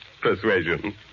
persuasion